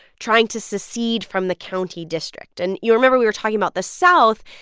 trying to secede from the county district. and you remember, we were talking about the south,